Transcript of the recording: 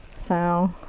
so